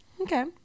okay